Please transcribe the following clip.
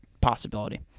possibility